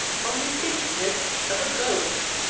only think, miss, of a ghost,